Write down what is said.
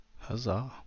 Huzzah